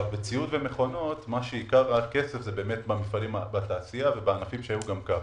בציוד ובמכונות עיקר הכסף הוא בתעשייה ובענפים שהיו גם כך.